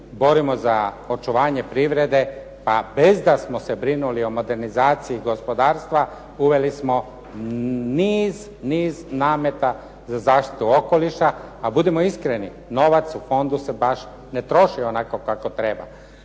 borimo za očuvanje privrede, a bez da smo se brinuli o modernizaciji gospodarstva uveli smo niz nameta za zaštitu okoliša. A budimo iskreni novac u fondu se baš ne troši onako kako treba.